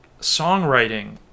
songwriting